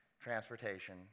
transportation